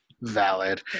Valid